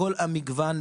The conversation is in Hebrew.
בכל המגוון,